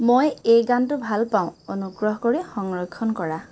মই এই গানটো ভাল পাওঁ অনুগ্ৰহ কৰি সংৰক্ষণ কৰা